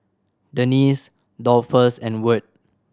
Denese Dolphus and Wirt